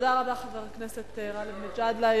תודה רבה, חבר הכנסת גאלב מג'אדלה.